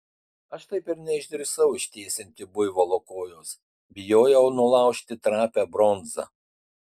aš taip ir neišdrįsau ištiesinti buivolo kojos bijojau nulaužti trapią bronzą